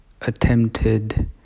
attempted